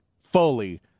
fully